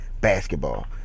basketball